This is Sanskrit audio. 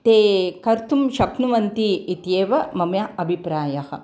ते कर्तुं शक्नुवन्ति इत्येव मम अभिप्रायः